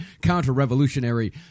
counter-revolutionary